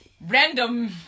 Random